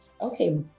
okay